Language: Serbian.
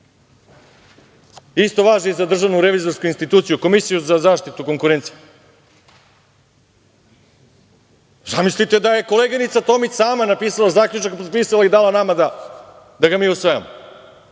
Isto važi i za DRI, Komisiju za zaštitu konkurencije. Zamislite da je koleginica Tomić sama napisala zaključak, potpisala i dala nama da ga mi usvajamo